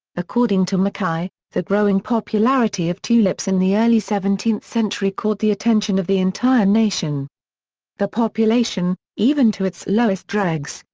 according to mackay, the growing popularity of tulips in the early seventeenth century caught the attention of the entire nation the population, even to its lowest dregs,